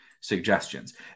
suggestions